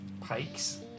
pikes